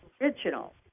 original